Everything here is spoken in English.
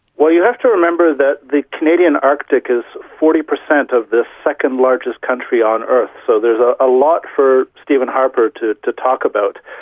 well you have to remember that the canadian arctic is forty percent of the second largest country on earth, so there is a ah lot for stephen harper to to talk about.